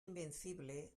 invencible